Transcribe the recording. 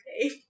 okay